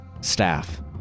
staff